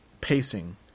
pacing